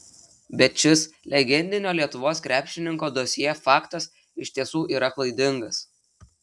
bet šis legendinio lietuvos krepšininko dosjė faktas iš tiesų yra klaidingas